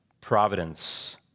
providence